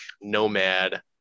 nomad